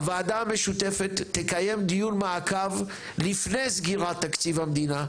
הוועדה המשותפת תקיים דיון מעקב לפני סגירת תקציב המדינה,